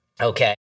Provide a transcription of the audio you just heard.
Okay